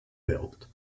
built